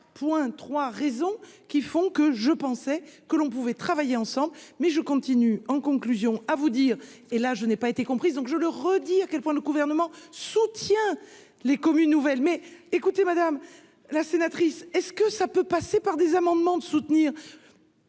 c'est 3,3 raisons qui font que je pensais que l'on pouvait travailler ensemble mais je continue en conclusion à vous dire, et là je n'ai pas été comprise, donc je le redis à quel point le gouvernement soutient les communes nouvelles mais écoutez, madame la sénatrice, est ce que ça peut passer par des amendements de soutenir.